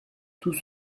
tout